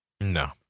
No